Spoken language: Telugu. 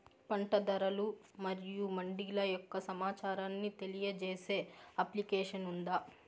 పంట ధరలు మరియు మండీల యొక్క సమాచారాన్ని తెలియజేసే అప్లికేషన్ ఉందా?